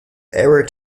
error